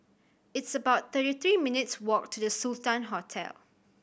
it's about thirty three minutes' walk to The Sultan Hotel